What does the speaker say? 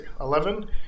Eleven